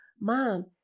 mom